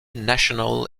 national